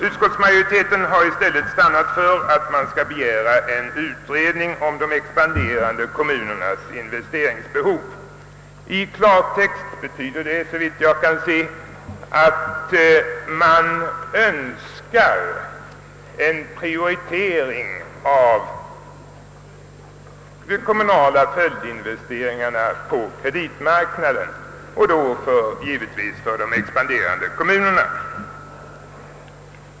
Utskottsmajoriteten har stannat för att föreslå riksdagen att begära en utredning om de expanderande kommunernas investeringsbehov. I klartext betyder det, såvitt jag kan se, att man vid kreditgivningen önskar prioritera de expanderande kommunerna när det gäller de kommunala följdinvesteringarna.